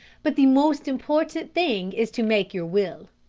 but the most important thing is to make your will.